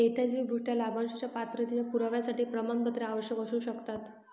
ऐतिहासिकदृष्ट्या, लाभांशाच्या पात्रतेच्या पुराव्यासाठी प्रमाणपत्रे आवश्यक असू शकतात